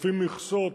לפי מכסות,